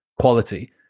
quality